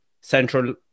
central